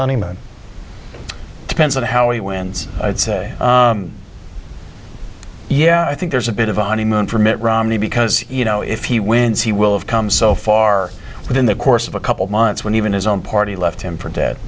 honeymoon depends on how he wins i'd say yeah i think there's a bit of a honeymoon for mitt romney because you know if he wins he will have come so far but in the course of a couple of months when even his own party left him for